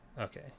Okay